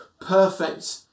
perfect